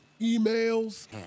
emails